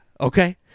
Okay